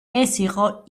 იყო